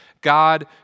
God